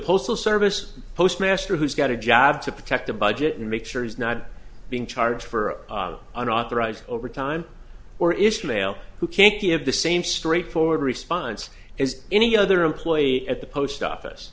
postal service postmaster who's got a job to protect the budget and make sure he's not being charged for unauthorized overtime or ishmael who kicks you have the same straightforward response is any other employee at the post office